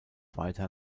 weiter